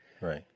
Right